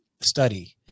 study